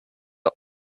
not